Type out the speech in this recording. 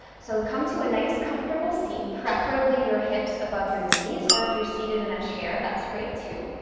so come to a nice comfortable seat, preferably your hips above your knees, or if you're seated in a chair that's great too.